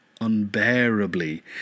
unbearably